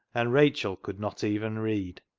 and rachel could not even read.